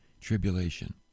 tribulation